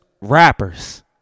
rappers